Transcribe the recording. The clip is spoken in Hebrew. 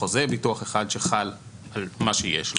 חוזה ביטוח אחד שחל על מה שכבר יש לו,